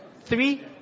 Three